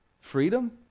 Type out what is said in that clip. Freedom